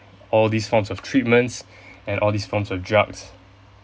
all these forms of treatments and all these forms of drugs